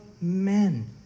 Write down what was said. men